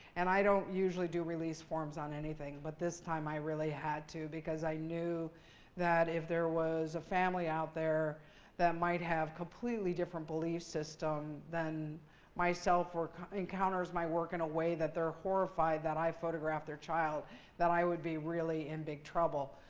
and i don't usually do release forms on anything. but this time, i really had to because i knew that if there was a family out there that might have completely different belief system than myself or encounters my work in a way that they're horrified that i photographed their child that i would be really in big trouble.